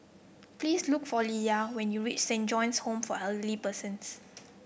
please look for Lea when you reach Saint John's Home for Elderly Persons